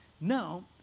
Now